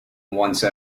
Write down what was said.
once